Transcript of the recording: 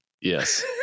Yes